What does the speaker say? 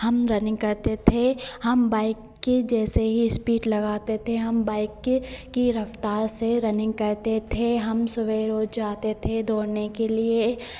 हम रनिंग करते थे हम बाइक के जैसे ही स्पीड लगाते थे हम बाइक के की रफ़्तार से रनिंग करते थे हम सवेरे उठ जाते थे दौड़ने के लिए